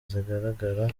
zigaragara